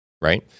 right